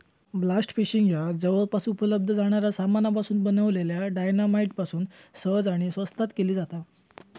blast fishing ह्या जवळपास उपलब्ध जाणाऱ्या सामानापासून बनलल्या डायना माईट पासून सहज आणि स्वस्तात केली जाता